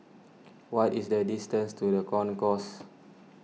what is the distance to the Concourse